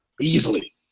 easily